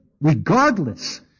regardless